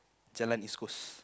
Jalan East-Coast